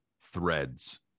threads